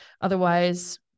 Otherwise